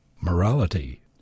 Morality